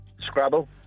Scrabble